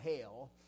hell